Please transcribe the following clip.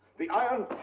the iron